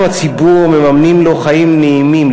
אנחנו הציבור מממנים לו חיים נעימים,